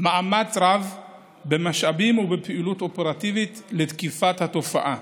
מאמץ רב במשאבים ובפעילות אופרטיבית לתקיפת התופעה.